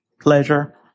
pleasure